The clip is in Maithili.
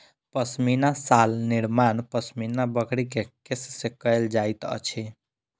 पश्मीना शाल निर्माण पश्मीना बकरी के केश से कयल जाइत अछि